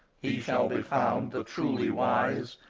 he shall be found the truly wise.